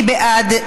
מי בעד?